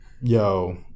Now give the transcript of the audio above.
yo